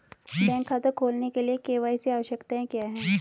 Bank खाता खोलने के लिए के.वाई.सी आवश्यकताएं क्या हैं?